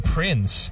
Prince